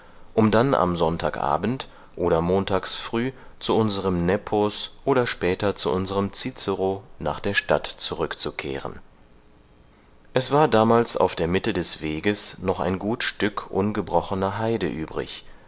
um dann am sonntagabend oder montags früh zu unserem nepos oder später zu unserem cicero nach der stadt zurückzukehren es war damals auf der mitte des weges noch ein gut stück ungebrochener heide übrig